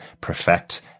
perfect